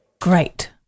Great